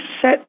set